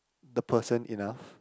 the person enough